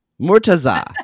Murtaza